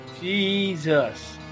Jesus